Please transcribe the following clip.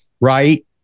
right